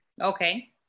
Okay